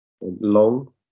Long